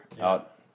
out